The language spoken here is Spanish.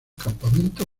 campamento